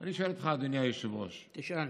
אני שואל אותך, אדוני היושב-ראש, תשאל.